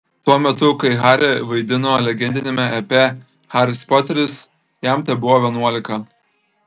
tuo metu kai harry vaidino legendiniame epe haris poteris jam tebuvo vienuolika